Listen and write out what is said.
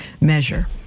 measure